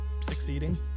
succeeding